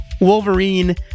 Wolverine